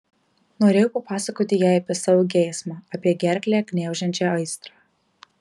norėjo papasakoti jai apie savo geismą apie gerklę gniaužiančią aistrą